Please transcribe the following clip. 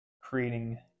creating